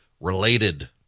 related